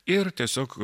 ir tiesiog